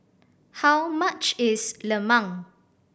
how much is lemang